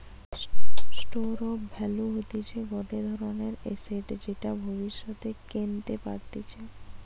store of value হতিছে গটে ধরণের এসেট যেটা ভব্যিষতে কেনতে পারতিছে